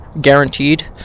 guaranteed